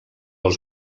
els